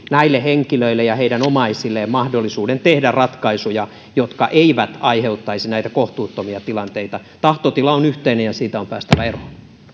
näille henkilöille ja heidän omaisilleen entistä enempi mahdollisuuden tehdä ratkaisuja jotka eivät aiheuttaisi näitä kohtuuttomia tilanteita tahtotila on yhteinen ja haasteista on päästävä eroon